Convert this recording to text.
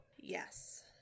Yes